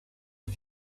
och